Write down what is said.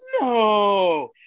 No